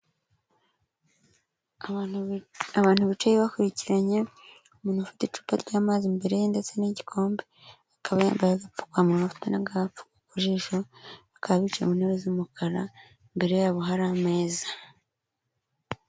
Abantu bicaye bakurikiranye, umuntu ufite icupa ry'amazi imbere ye ndetse n'igikombe, akaba yambaye agapfukamunwa, afite n'agapfuko ku jisho, bakaba bicaye mu ntebe z'umukara, imbere yabo hari ameza.